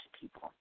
people